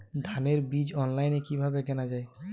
ধানের বীজ অনলাইনে কিভাবে কেনা যায়?